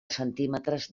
centímetres